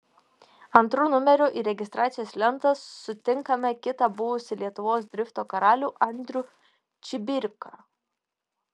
antru numeriu į registracijos lentą sutinkame kitą buvusį lietuvos drifto karalių andrių čibirką